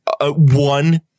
one